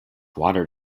water